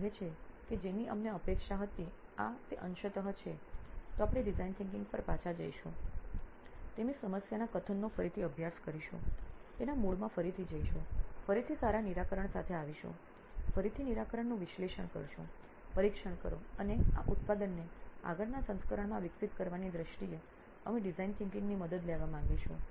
જો તેઓ કહે છે કે જેની અમારી અપેક્ષા હતી આ તે અંશત છે તો આપણે ડિઝાઇન વિચારસરણી પર પાછા જઈશું તેમની સમસ્યાના કથનનું ફરીથી અભ્યાસ કરીશું તેના મૂળમાં ફરીથી જઈશું ફરીથી સારા નિરાકરણ સાથે આવીશું ફરીથી નિરાકરણનું વિશ્લેષણ કરો પરીક્ષણ કરો અને આ ઉત્પાદનને આગળના સંસ્કરણમાં વિકસિત કરવાની દ્રષ્ટિએ અમે ડિઝાઇન વિચારસરણી ની મદદ લેવા માંગીશું